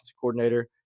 coordinator